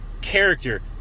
character